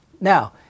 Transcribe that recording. Now